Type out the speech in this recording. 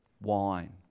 wine